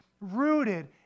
rooted